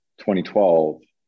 2012